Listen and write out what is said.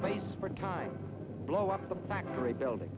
place for a time blow up the factory building